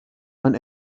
man